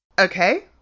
Okay